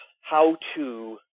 how-to